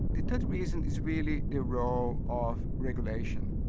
the third reason is really the role of regulation.